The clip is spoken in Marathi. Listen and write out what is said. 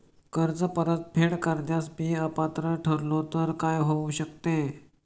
कर्ज परतफेड करण्यास मी अपात्र ठरलो तर काय होऊ शकते?